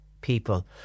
people